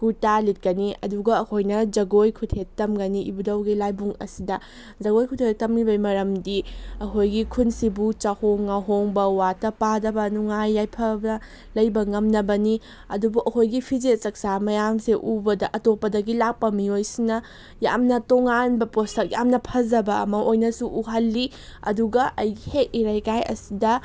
ꯀꯨꯔꯇꯥ ꯂꯤꯠꯀꯅꯤ ꯑꯗꯨꯒ ꯑꯩꯈꯣꯏꯅ ꯖꯒꯣꯏ ꯈꯨꯠꯊꯦꯛ ꯇꯝꯒꯅꯤ ꯏꯕꯨꯗꯧꯒꯤ ꯂꯥꯏꯕꯨꯡ ꯑꯁꯤꯗ ꯖꯒꯣꯏ ꯈꯨꯠꯊꯦꯛ ꯇꯝꯂꯤꯕꯩ ꯃꯔꯝꯗꯤ ꯑꯩꯈꯣꯏꯒꯤ ꯈꯨꯟꯁꯤꯕꯨ ꯆꯥꯍꯣꯡ ꯉꯥꯍꯣꯡꯕ ꯋꯥꯠꯇ ꯄꯥꯗꯕ ꯅꯨꯡꯉꯥꯏ ꯌꯥꯏꯐꯕ ꯂꯩꯕ ꯉꯝꯅꯕꯅꯤ ꯑꯗꯨꯕꯨ ꯑꯩꯈꯣꯏꯒꯤ ꯐꯤꯖꯦꯠ ꯆꯛꯆꯥ ꯃꯌꯥꯝꯁꯤ ꯎꯕꯗ ꯑꯇꯣꯞꯄꯗꯒꯤ ꯂꯥꯛꯄ ꯃꯤꯑꯣꯏꯁꯤꯡꯅ ꯌꯥꯝꯅ ꯇꯣꯡꯉꯥꯟꯕ ꯄꯣꯠꯁꯛ ꯌꯥꯝꯅ ꯐꯖꯕ ꯑꯃ ꯑꯣꯏꯅꯁꯨ ꯎꯍꯜꯂꯤ ꯑꯗꯨꯒ ꯑꯩꯒꯤ ꯍꯦꯛ ꯏꯔꯩꯀꯥꯏ ꯑꯁꯤꯗ